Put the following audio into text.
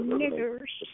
niggers